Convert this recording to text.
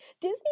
Disney